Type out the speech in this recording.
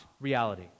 reality